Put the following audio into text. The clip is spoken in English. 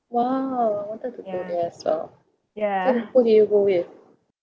!wow! I wanted to go there as well who who did you go with